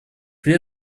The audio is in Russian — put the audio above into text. при